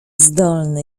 zdolny